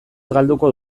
galduko